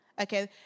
Okay